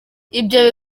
ibyo